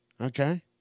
Okay